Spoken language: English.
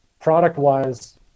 product-wise